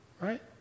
right